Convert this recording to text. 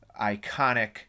iconic